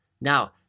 Now